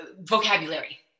vocabulary